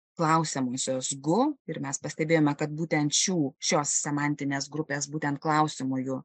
klausiamosios gu ir mes pastebėjome kad būtent šių šios semantines grupės būtent klausiamųjų